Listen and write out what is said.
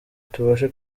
tubashe